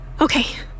Okay